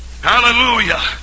Hallelujah